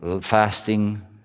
fasting